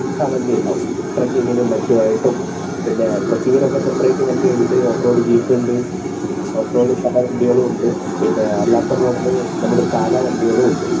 ആ വണ്ടി ഉണ്ടാവും ട്രക്കിങ്ങിനും മറ്റുമായിട്ടും പിന്നെ ട്രെക്കിങ്ങിനെക്കെ സെപ്പ്രേയ്റ്റ് വണ്ടിയുണ്ട് ഓഫ്റോഡ് ജീപ്പ് ഉണ്ട് ഓഫ്റോഡ് പല വണ്ടികളും ഉണ്ട് പിന്നെ അല്ലാത്ത മോഡല് നമ്മുടെ സാധാ വണ്ടികളും ഉണ്ട്